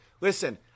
Listen